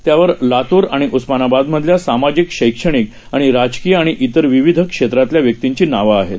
त्यावरलातूरआणिउस्मानाबादमधल्यासामाजिक शैक्षणिकआणिराजकीयआणिइतरविविधक्षेत्रातल्याव्यक्तींचीनावंआहेत